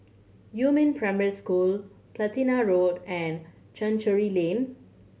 Yumin Primary School Platina Road and Chancery Lane